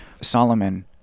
Solomon